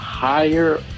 higher